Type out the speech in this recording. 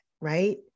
right